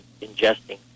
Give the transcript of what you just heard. ingesting